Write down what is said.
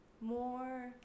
more